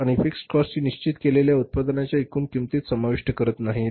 आणि fixed cost ही निश्चित केलेल्या उत्पादनाच्या एकूण किंमतीत समाविष्ट करत नाहीत